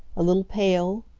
a little pale?